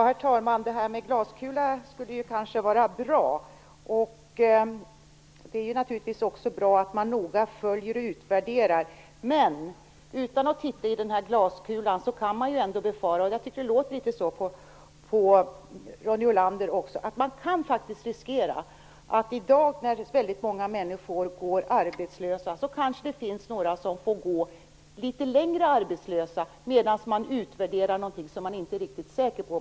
Herr talman! En glaskula skulle kanske vara bra. Det är naturligtvis också bra att man noga följer och utvärderar. Men utan att titta i någon glaskula kan man befara att i dag när väldigt många människor går arbetslösa kanske det blir några som får gå arbetslösa litet längre medan man utvärderar någonting som man inte är riktigt säker på.